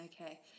Okay